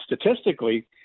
statistically